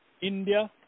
India